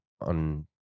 on